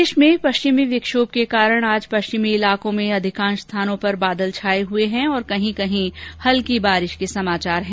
प्रदेश में पश्चिमी विक्षोभ के कारण आज पश्चिमी इलाकों में अधिकांश स्थानों पर बादल छाये हुए हैं और कहीं कहीं हल्की बारिश के समाचार हैं